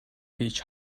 peach